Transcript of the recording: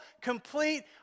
complete